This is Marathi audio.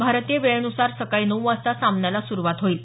भारतीय वेळेन्सार सकाळी नऊ वाजता सामन्याला सुरुवात होईल